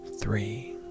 three